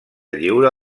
lliure